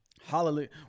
Hallelujah